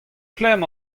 klemm